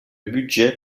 budget